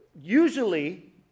usually